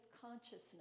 consciousness